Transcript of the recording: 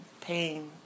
pain